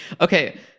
Okay